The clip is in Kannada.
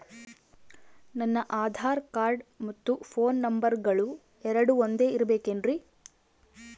ನನ್ನ ಆಧಾರ್ ಕಾರ್ಡ್ ಮತ್ತ ಪೋನ್ ನಂಬರಗಳು ಎರಡು ಒಂದೆ ಇರಬೇಕಿನ್ರಿ?